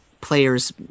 players